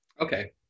Okay